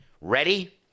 Ready